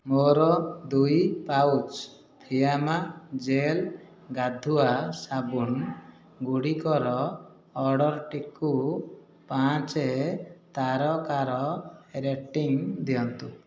ମୋର ଦୁଇ pouch Fiama gel ଗାଧୁଆ ସାବୁନ୍ ଗୁଡ଼ିକର ଅର୍ଡ଼ର୍ଟିକୁ ପାଞ୍ଚ ତାରକାର ରେଟିଂ ଦିଅନ୍ତୁ